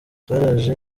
zaraje